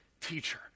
teacher